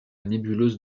nébuleuse